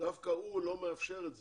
דווקא הוא לא מאפשר את זה?